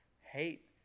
hate